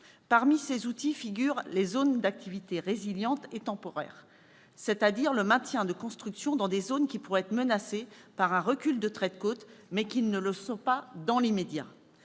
Parmi ces outils figurent les zones d'activité résiliente et temporaire, c'est-à-dire le maintien de constructions dans des zones qui pourraient être menacées par un recul du trait de côte, mais qui ne le sont pas dans l'immédiat.